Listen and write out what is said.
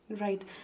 Right